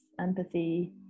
empathy